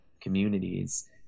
communities